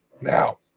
now